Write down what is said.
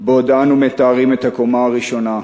בעוד אנו מטהרים את הקומה הראשונה.